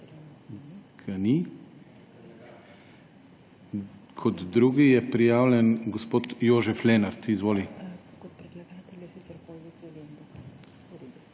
Kot drugi je prijavljen gospod Jožef Lenart. Izvoli.